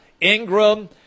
Ingram